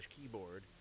keyboard